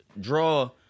draw